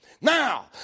Now